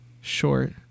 short